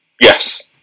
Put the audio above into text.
Yes